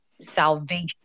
salvation